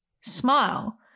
Smile